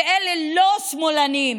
ואלה לא שמאלנים.